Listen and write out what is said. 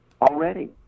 Already